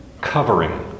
covering